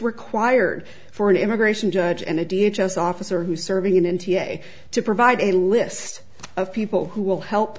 required for an immigration judge and a d h s officer who's serving in n t a to provide a list of people who will help